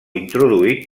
introduït